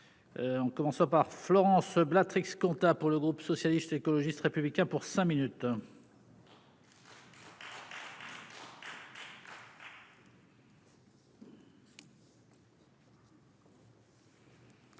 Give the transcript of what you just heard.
On commence par Florence Béatrix comptable pour le groupe socialiste, écologiste, républicain pour 5 minutes.